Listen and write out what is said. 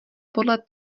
podle